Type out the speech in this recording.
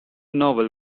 novel